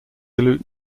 aleut